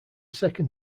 second